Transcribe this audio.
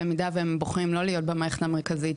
במידה והם בוחרים שלא להיות במערכת המרכזית,